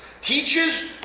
Teachers